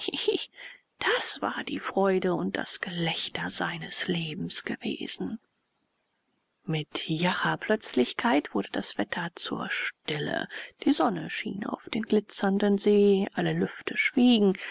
das war die freude und das gelächter seines lebens gewesen mit jacher plötzlichkeit wurde das wetter zur stille die sonne schien auf den glitzernden see alle lüfte schwiegen